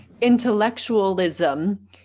intellectualism